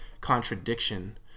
contradiction